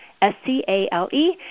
S-C-A-L-E